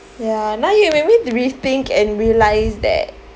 ya now you make me rethink and realise that